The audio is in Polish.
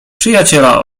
przyjaciela